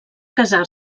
casar